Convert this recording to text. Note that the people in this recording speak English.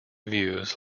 views